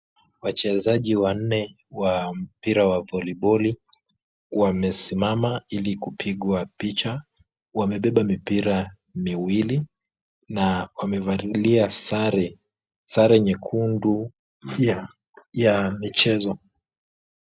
Wachezaji wanne wa mpira wa voliboli wamesimama ili kupigwa picha. Wamebeba mipira miwili na wamevalia sare ,sare nyekundu ya michezo.